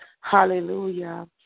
Hallelujah